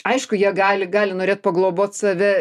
aišku jie gali gali norėt paglobot save